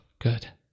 Good